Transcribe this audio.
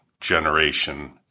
generation